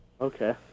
Okay